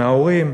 מההורים.